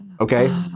Okay